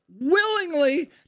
Willingly